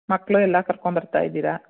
ಮಕ್ಕಳು ಎಲ್ಲ ಕರ್ಕೊಂಡ್ಬರ್ತಾ ಇದ್ದೀರಾ